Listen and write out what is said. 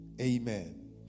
Amen